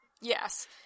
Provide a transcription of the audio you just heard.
Yes